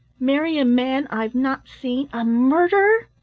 marry a man i've not seen a murderer?